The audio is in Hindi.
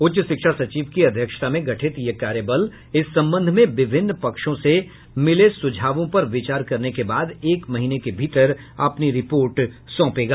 उच्च शिक्षा सचिव की अध्यक्षता में गठित यह कार्यबल इस संबंध में विभिन्न पक्षों से मिले सुझावों पर विचार करने के बाद एक महीने के भीतर अपनी रिपोर्ट सौंपेगा